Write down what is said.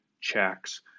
checks